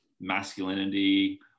masculinity